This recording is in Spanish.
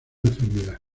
enfermedad